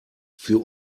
für